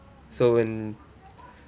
so when